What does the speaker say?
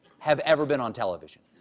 have ever been on television,